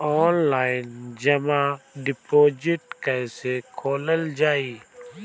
Online जमा deposit कैसे खोलल जाइ?